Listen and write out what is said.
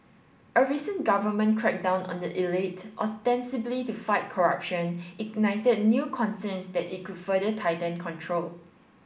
a recent government crackdown on the elite ostensibly to fight corruption ignited new concerns that it could further tighten control